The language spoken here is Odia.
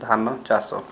ଧାନ ଚାଷ